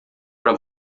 para